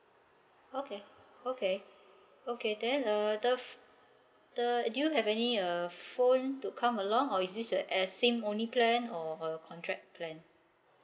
okay okay okay then uh the the do you have any uh phone to come along or is this a a SIM only plan or a contract plan